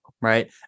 right